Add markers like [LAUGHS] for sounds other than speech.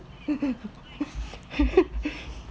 [LAUGHS]